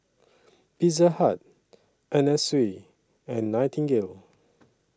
Pizza Hut Anna Sui and Nightingale